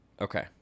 Okay